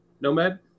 Nomad